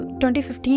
2015